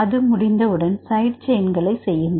அது முடிந்தம உடன் சைடு செயின்களை செய்யுங்கள்